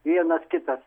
vienas kitas